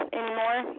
anymore